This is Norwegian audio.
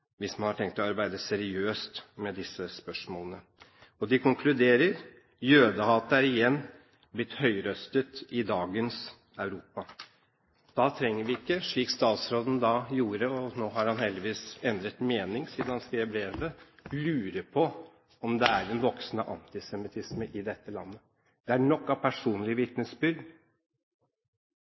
hvis man har tenkt å arbeide seriøst med disse spørsmålene. De konkluderer med at «jødehatet er igjen blitt høyrøstet i dagens Europa». Da trenger vi ikke, slik statsråden gjorde – nå har han heldigvis endret mening siden han skrev brevet – lure på om det er en voksende antisemittisme i dette landet. Det er nok av personlige vitnesbyrd.